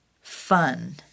fun